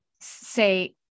say